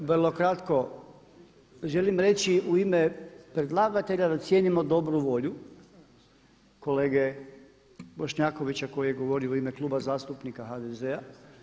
Vrlo kratko, želim reći u ime predlagatelja da cijenimo dobru volju kolege Bošnjakovića koji je govorio u ime Kluba zastupnika HDZ-a.